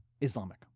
Islamic